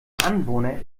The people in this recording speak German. anwohner